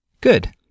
Good